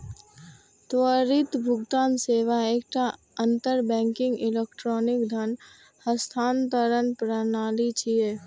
त्वरित भुगतान सेवा एकटा अंतर बैंकिंग इलेक्ट्रॉनिक धन हस्तांतरण प्रणाली छियै